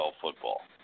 football